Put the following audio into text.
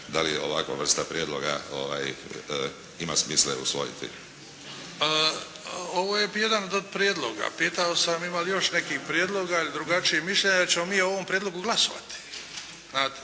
da li je ovakva vrsta prijedloga, ima smisla je usvojiti. **Bebić, Luka (HDZ)** Ovo je jedan od prijedloga. Pitao sam, evo još nekih prijedloga, drugačijih mišljenja, jer ćemo mi o ovom prijedlogu glasovati, znate.